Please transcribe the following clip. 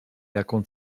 jaką